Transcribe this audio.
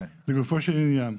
לגופו של עניין,